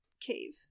cave